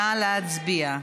נא להצביע.